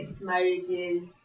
marriages